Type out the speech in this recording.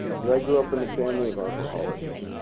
cause i grew up in a family of alcoholics